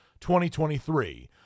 2023